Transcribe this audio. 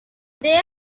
they